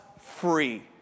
free